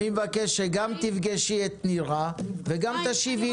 אני מבקש שגם תיפגשי עם נירה שפק וגם תשיבי